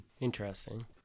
Interesting